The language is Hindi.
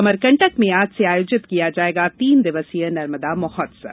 अमरकंटक में आज से आयोजित किया जायेगा तीन दिवसीय नर्मदा महोत्सव